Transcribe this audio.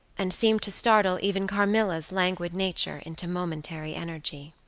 and seemed to startle even carmilla's languid nature into momentary energy.